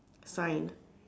sign